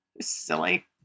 silly